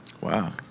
Wow